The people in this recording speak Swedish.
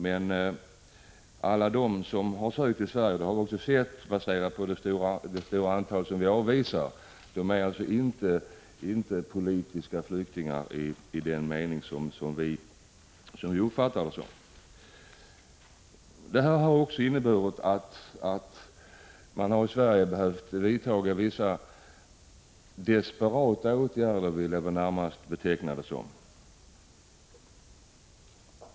Men vi kan se på det stora antal asylsökande som vi avvisar att alla som söker asyl inte är politiska flyktingar enligt den mening vi lägger i begreppet. Detta har inneburit att vi i Sverige tvingats vidta, som jag vill beteckna det, närmast desperata åtgärder.